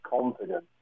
confidence